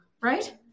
right